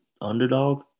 underdog